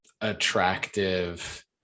attractive